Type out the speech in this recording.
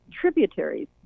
tributaries